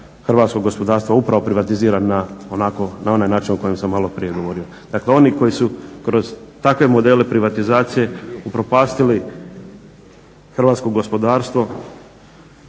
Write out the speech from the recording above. hrvatskog gospodarstva upravo privatiziran na onaj način o kojem sam maloprije govorio. Dakle, oni koji su kroz takve modele privatizacije upropastili hrvatsko gospodarstvo,